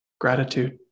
gratitude